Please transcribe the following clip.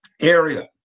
area